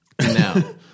No